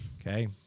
Okay